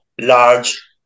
large